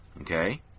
okay